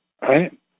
right